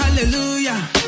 Hallelujah